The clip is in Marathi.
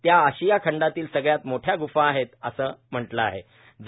त्या आशिया खंडातील सगळ्यात मोठ्या ग्फा आहेत असं म्हटलं जाते